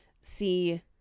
See